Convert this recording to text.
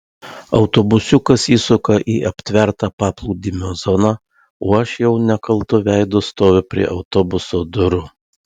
autobusiukas įsuka į aptvertą paplūdimio zoną o aš jau nekaltu veidu stoviu prie autobuso durų